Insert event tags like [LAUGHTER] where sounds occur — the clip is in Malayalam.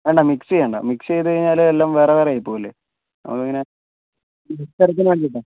വേണ്ട മിക്സ് ചെയ്യേണ്ട മിക്സ് ചെയ്തു കഴിഞ്ഞാൽ എല്ലാം വേറെ വേറെ ആയിപോവില്ലേ അപ്പോൾ എങ്ങനെയാണ് [UNINTELLIGIBLE]